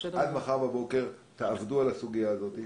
עד מחר בבוקר תעבדו על הסוגיה הזאת.